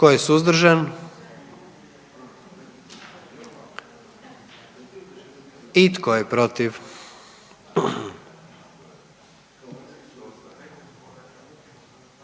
Tko je suzdržan? I tko je protiv?